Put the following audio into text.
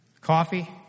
Coffee